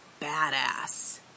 badass